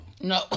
No